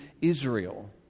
Israel